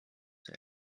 der